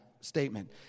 statement